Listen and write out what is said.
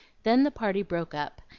then the party broke up,